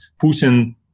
Putin